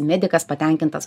medikas patenkintas